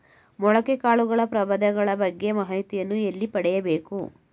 ಮೊಳಕೆ ಕಾಳುಗಳ ಪ್ರಭೇದಗಳ ಬಗ್ಗೆ ಮಾಹಿತಿಯನ್ನು ಎಲ್ಲಿ ಪಡೆಯಬೇಕು?